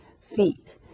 feet